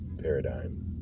paradigm